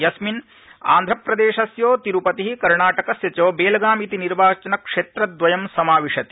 यस्मिन् आन्ध्रप्रदेशस्य तिरूपति कर्णाटकस्य च बेलगाम ति निर्वाचनक्षेत्र द्वयम् समाविशति